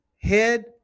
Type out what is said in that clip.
head